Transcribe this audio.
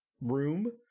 room